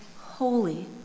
holy